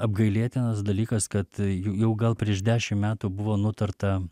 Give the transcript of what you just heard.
apgailėtinas dalykas kad jau gal prieš dešim metų buvo nutarta